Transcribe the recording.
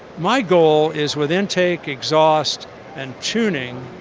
my goal is with intake, exhaust and tuning,